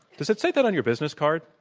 does it say that on your business card?